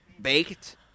baked